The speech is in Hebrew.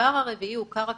והדבר הרביעי הוא character,